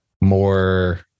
More